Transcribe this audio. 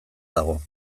dago